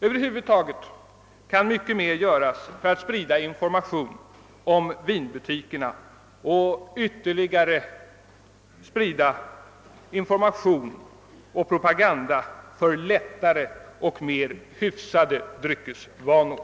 Över huvud taget kan mycket mer göras för att sprida information om vinbutikerna, och det kan också ytterligare informeras om och propageras för lättare och mer hyf .sade dryckesvanor.